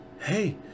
hey